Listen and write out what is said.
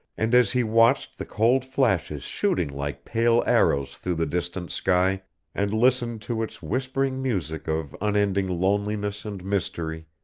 and as he watched the cold flashes shooting like pale arrows through the distant sky and listened to its whispering music of unending loneliness and mystery,